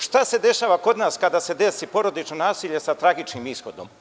Šta se dešava kod nas kada se desi porodično nasilje sa tragičnim ishodom?